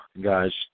guys